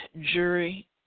jury